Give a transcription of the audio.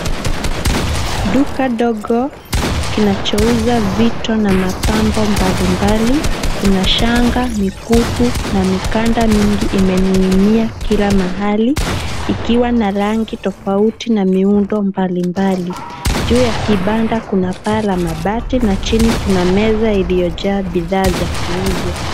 Duka dogo kinachouza vitu na mapambo mbalimbali, kuna shanga, mikufu na mikanda mingi imening'inia kila mahali ikiwa na rangi tofauti na miundo mbalimbali. Juu ya kibanda, kuna paa la mabati na chini kuna meza iliyojaa bidhaa za kuuzwa.